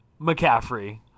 McCaffrey